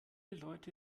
leute